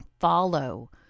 Follow